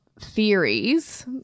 theories